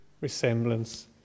resemblance